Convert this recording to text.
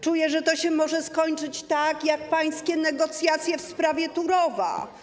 Czuję, że to się może skończyć tak jak pańskie negocjacje w sprawie Turowa.